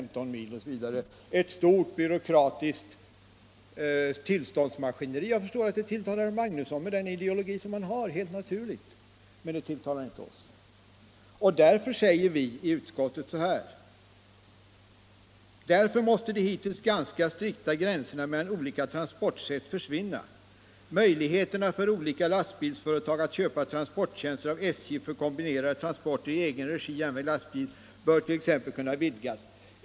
Sådana detaljregleringar skulle ju kräva ett stort byråkratiskt tillståndsmaskineri. Jag förstår att det tilltalar herr Magnusson. Med den ideologi han har är det helt naturligt. Men det tilltalar inte oss. Därför säger utskottsmajoriteten: ”Därför måste de hittills ganska strikta gränserna mellan olika transportsätt försvinna. Möjligheterna för olika lastbilsföretag att köpa transporttjänster av SJ för kombinerade transporter i egen regi järnväg-lastbil bör t.ex. kunna utvidgas.